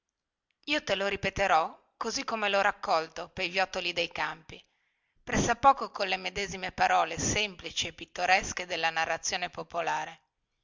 io te lo ripeterò così come lho raccolto pei viottoli dei campi pressa poco colle medesime parole semplici e pittoresche della narrazione popolare